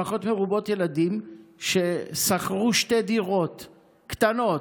משפחות מרובות ילדים ששכרו שתי דירות קטנות,